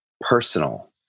personal